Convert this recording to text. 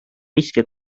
riske